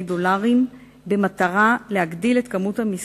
דולרים במטרה להגדיל בכ-150 את מספר המשרות,